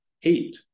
hate